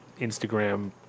Instagram